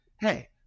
hey